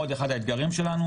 שזה עוד אחד מהאתגרים שלנו,